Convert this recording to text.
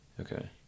Okay